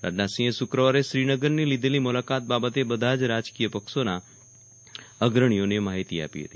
રાજનાથસિંહે શુક્રવારે શ્રીનગરની લીદેલી મ્લાકાત બાબતે બદ્યા જ રાજકીય પક્ષોના અગ્રણીઓને માહિતી આપી હતી